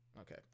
Okay